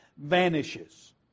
vanishes